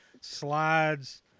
slides